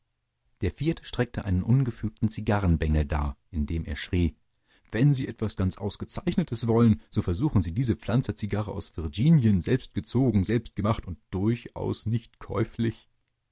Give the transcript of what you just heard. der vierte streckte einen ungefügen zigarrenbengel dar indem er schrie wenn sie etwas ganz ausgezeichnetes wollen so versuchen sie diese pflanzerzigarre aus virginien selbstgezogen selbstgemacht und durchaus nicht käuflich